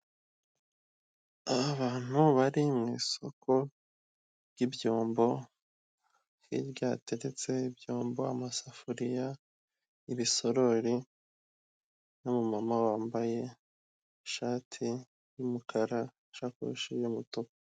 Aha abantu bari mu isoko ry'ibyombo, hirya hateretse ibyombo, amasafuriya, ibisorori, n'umumama wambaye ishati y'umukara, ishakoshi y'umutuku.